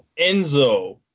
Enzo